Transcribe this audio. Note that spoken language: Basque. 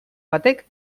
batek